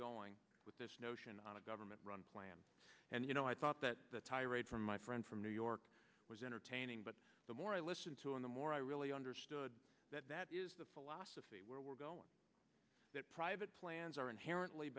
going with this notion on a government run plan and you know i thought that the tirade from my friend from new york was entertaining but the more i listen to him the more i really understood that that is the philosophy where we're going that private plans are inherently